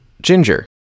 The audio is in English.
ginger